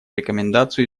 рекомендацию